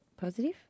positive